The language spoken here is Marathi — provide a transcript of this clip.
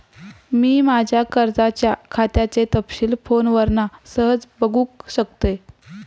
मी माज्या कर्जाच्या खात्याचे तपशील फोनवरना सहज बगुक शकतय